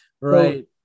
right